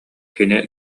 кини